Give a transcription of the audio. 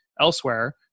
elsewhere